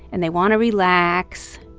and they want to relax